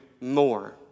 more